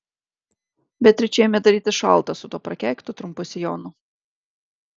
beatričei ėmė darytis šalta su tuo prakeiktu trumpu sijonu